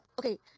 okay